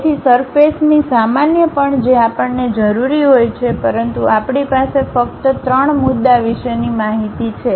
તેથી સરફેસની સામાન્ય પણ જે આપણને જરૂરી હોય છે પરંતુ આપણી પાસે ફક્ત ત્રણ મુદ્દા વિશેની માહિતી છે